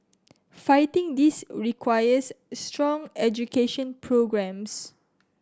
fighting this requires strong education programmes